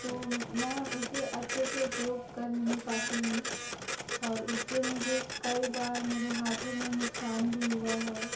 तो मैं उसे अच्छे से उपयोग कर नहीं पाती हूँ और उससे मुझे कई बार मेरे हाथों में नुकसान भी हुआ है